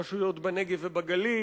רשויות בנגב ובגליל,